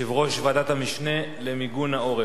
יושב-ראש ועדת המשנה למיגון העורף.